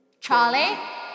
Charlie